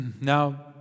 Now